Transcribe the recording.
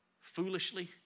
foolishly